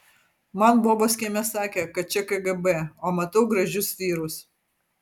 man bobos kieme sakė kad čia kgb o matau gražius vyrus